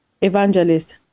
Evangelist